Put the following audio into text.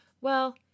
Well